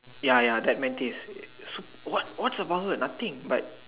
ya ya that Mantis sup~ what what's about her nothing but